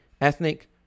ethnic